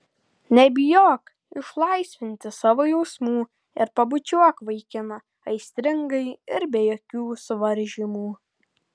nebijok išlaisvinti savo jausmų ir pabučiuok vaikiną aistringai ir be jokių suvaržymų